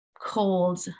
cold